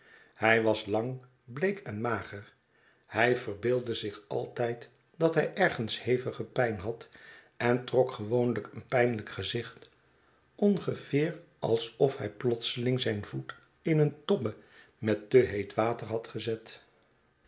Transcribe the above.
hij was jang bleek en mager hij verbeeldde zich altijd dat hij ergens hevige pijn had en trok gewoonlijk een pijnlijk gezicht ongeveer alsof hy plotseling zijn voet in een tobbe met te heet water had gezet